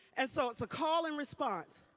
and so it is a call in response.